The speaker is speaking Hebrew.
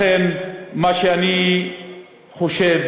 לכן מה שאני חושב,